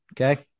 Okay